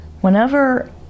whenever